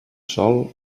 sol